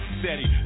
steady